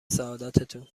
سعادتتون